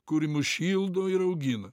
kuri mus šildo ir augina